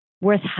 worth